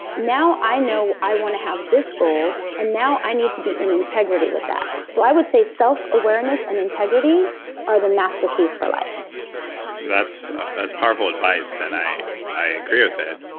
now, i know i want to have this goal, and now i need to be in integrity with that. so i would say, self-awareness and integrity are the master keys for life that's powerful advice, and i i agree with it.